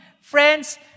Friends